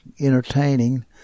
entertaining